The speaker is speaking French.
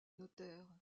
notaire